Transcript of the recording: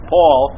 Paul